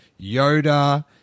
Yoda